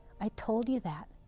i told you that.